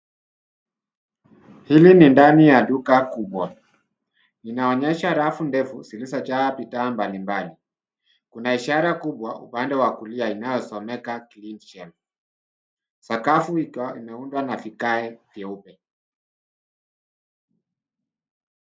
Hili ni ndani ya duka kubwa. Linaonyesha rafu ndefu zilizojaa bidhaa mbalimbali. Kuna ishara kubwa upande wa kulia inayosomeka cs[clean shelf]cs. Sakafu ikiwa inaundwa na vigae vyeupe.